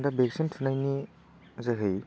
दा भेक्सिन थुनायनि जोहै